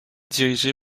dirigé